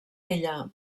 ella